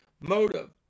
Motive